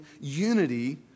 unity